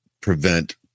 prevent